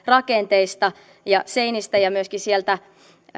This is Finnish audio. rakenteista ja seinistä ja myöskin